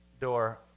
door